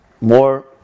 more